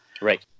right